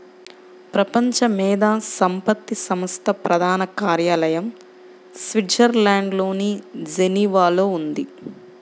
ప్రపంచ మేధో సంపత్తి సంస్థ ప్రధాన కార్యాలయం స్విట్జర్లాండ్లోని జెనీవాలో ఉంది